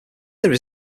there